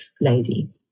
lady